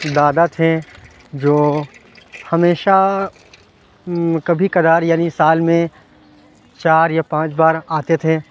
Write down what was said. دادا تھے جو ہمیشہ کبھی کبھار یعنی سال میں چار یا پانچ بار آتے تھے